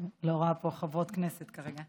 אני לא רואה פה חברות כנסת כרגע.